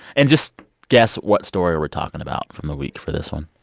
and just guess what story we're talking about from the week for this one